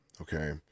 Okay